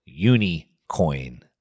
Unicoin